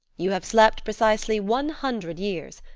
you have slept precisely one hundred years.